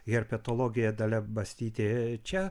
herpetologė dalia bastytė čia